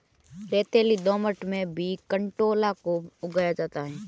रेतीली दोमट में भी कंटोला को उगाया जाता है